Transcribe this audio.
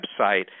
website